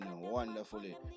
wonderfully